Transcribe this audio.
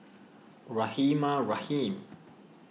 Rahimah Rahim